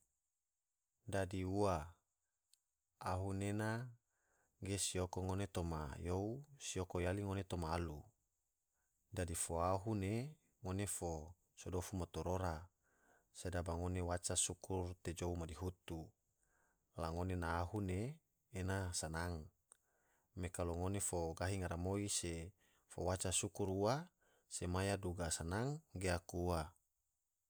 Dadi ua, ahu nena ge sioko ngone toma you, sioko yali ngone toma alu dadi fo ahu ne ngone fo so dofu matorora sedaba ngone waca sukur te jou madihutu la ngone na ahu ne ena sanang, me kalo ngone fo gahi ngaramoi se fo waca sukur ua se maya duga sanang ge aku ua.